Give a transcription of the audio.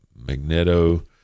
magneto